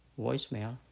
voicemail